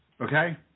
Okay